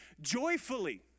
joyfully